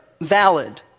valid